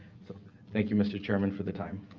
so thank you, mr. chairman, for the time.